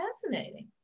fascinating